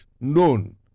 known